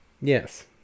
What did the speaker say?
yes